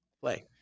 Play